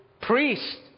priest